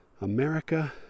America